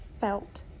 felt